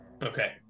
Okay